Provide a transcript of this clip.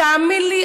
תאמין לי,